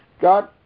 God